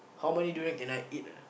how many durian can I eat ah